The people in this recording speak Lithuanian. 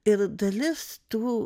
ir dalis tų